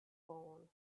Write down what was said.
phone